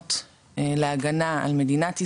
שונות להגנה על מדינת ישראל,